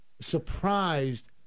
surprised